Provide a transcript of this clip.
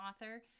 author